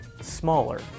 smaller